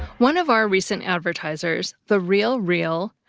one of our recent advertisers, the real real,